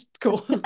cool